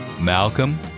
Malcolm